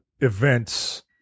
events